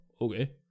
okay